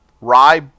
rye